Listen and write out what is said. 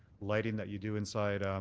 lighting that you do inside um